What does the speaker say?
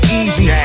easy